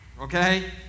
Okay